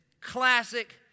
classic